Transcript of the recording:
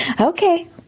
okay